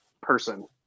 person